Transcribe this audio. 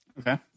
Okay